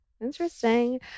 Interesting